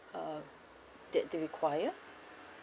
uh d~ do you require